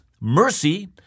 mercy